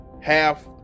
half